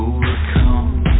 Overcome